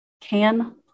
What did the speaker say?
Can-